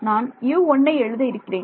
நான் U1ன்னை எழுத இருக்கிறேன்